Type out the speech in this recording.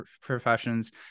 professions